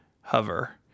Hover